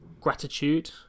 gratitude